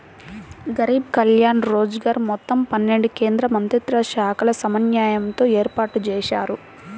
గరీబ్ కళ్యాణ్ రోజ్గర్ మొత్తం పన్నెండు కేంద్రమంత్రిత్వశాఖల సమన్వయంతో ఏర్పాటుజేశారు